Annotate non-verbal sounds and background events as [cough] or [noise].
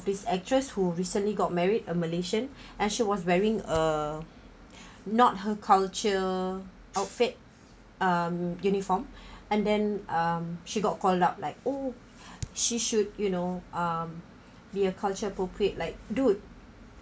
this actress who recently got married a malaysian [breath] and she was wearing a [breath] not her culture outfit um uniform [breath] and then um she got called up like oh [breath] she should you know um be a culture appropriate like dude